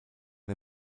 der